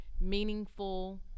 meaningful